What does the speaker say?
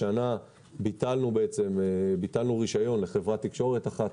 השנה ביטלנו רישיון לחברת תקשורת אחת,